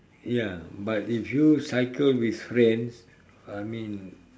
ya but if you cycle with friends I mean